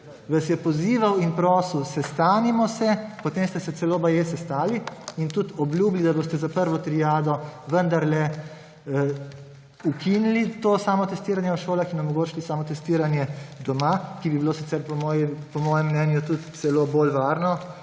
vas je pozival in prosil, sestanimo se. Potem ste se celo baje sestali in tudi obljubili, da boste za prvo triado vendarle ukinili to samotestiranje v šolah in omogočili samotestiranje doma, ki bilo sicer po mojem mnenju tudi celo bolj varno,